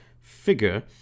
Figure